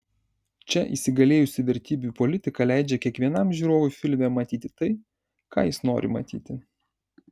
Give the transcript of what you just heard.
čia įsigalėjusi vertybių politika leidžia kiekvienam žiūrovui filme matyti tai ką jis nori matyti